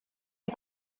est